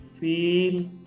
feel